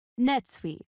NetSuite